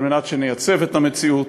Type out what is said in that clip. כדי שנייצב את המציאות,